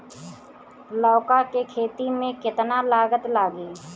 लौका के खेती में केतना लागत लागी?